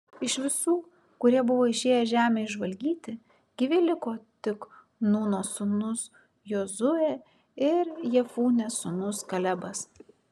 iš visų kurie buvo išėję žemę išžvalgyti gyvi liko tik nūno sūnus jozuė ir jefunės sūnus kalebas